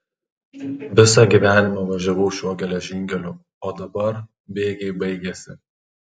visą gyvenimą važiavau šiuo geležinkeliu o dabar bėgiai baigėsi